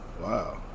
Wow